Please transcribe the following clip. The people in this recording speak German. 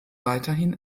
weiterhin